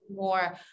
more